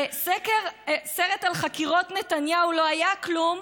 סרט על חקירות נתניהו-לא-היה-כלום: